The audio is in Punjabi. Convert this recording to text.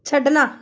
ਛੱਡਣਾ